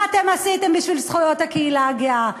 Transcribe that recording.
מה אתם עשיתם בשביל זכויות הקהילה הגאה?